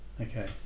Okay